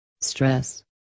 stress